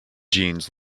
jeans